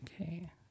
Okay